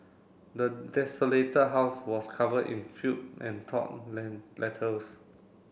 the desolated house was covered in filth and torn letters